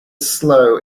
slow